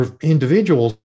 individuals